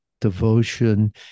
devotion